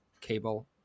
cable